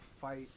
fight